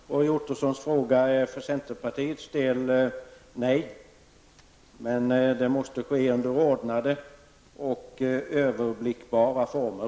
Herr talman! Svaret på Roy Ottossons fråga är för centerpartiets del nej. Men det måste ske under ordnade och överblickbara former.